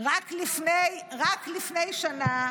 רק לפני שנה?